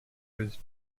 was